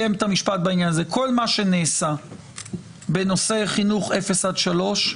-- בנושא חינוך אפס עד שלוש,